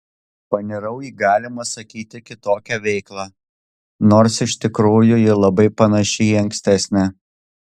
panirau į galima sakyti kitokią veiklą nors iš tikrųjų ji labai panaši į ankstesnę